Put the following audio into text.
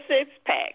six-pack